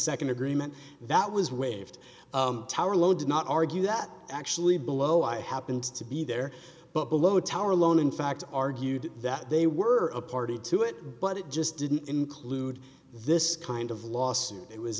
nd agreement that was waived tower lho did not argue that actually below i happened to be there but below the tower alone in fact argued that they were a party to it but it just didn't include this kind of lawsuit it was